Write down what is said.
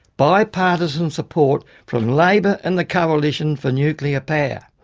bipartisan support from labor and the coalition for nuclear power.